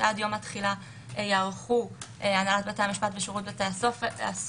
שעד יום התחילה יערכו הנהלת בתי המשפט ושירות בתי הסוהר,